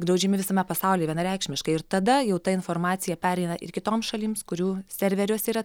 draudžiami visame pasaulyje vienareikšmiškai ir tada jau ta informacija pereina ir kitoms šalims kurių serveriuose yra